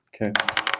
Okay